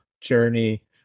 journey